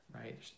right